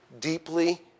deeply